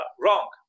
wrong